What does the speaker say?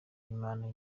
imana